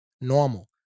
normal